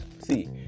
See